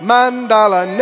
Mandala